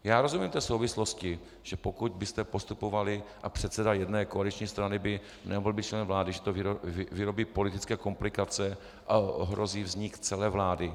Já rozumím té souvislosti, že pokud byste postupovali a předseda jedné koaliční strany by nemohl být členem vlády, že to vyrobí politické komplikace a ohrozí vznik celé vlády.